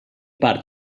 part